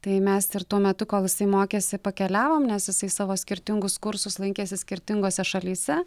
tai mes ir tuo metu kol jisai mokėsi pakeliavom nes jisai savo skirtingus kursus lankėsi skirtingose šalyse